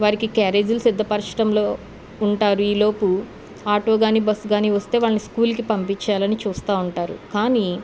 వారికి క్యారేజీలు సిద్ధపరచడంలో ఉంటారు ఈలోపు ఆటో కానీ బస్సు కానీ వస్తే వాళ్ళని స్కూల్కి పంపించాలని చూస్తు ఉంటారు కానీ